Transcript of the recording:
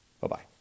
Bye-bye